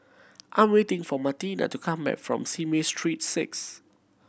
I'm waiting for Martina to come back from Simei Street Six